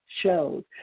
shows